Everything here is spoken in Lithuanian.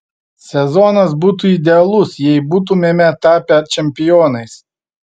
sezonas būtų idealus jei būtumėme tapę čempionais